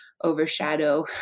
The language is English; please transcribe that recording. overshadow